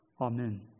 Amen